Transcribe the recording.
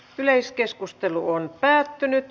yleiskeskustelu päättyi